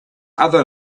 other